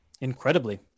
Incredibly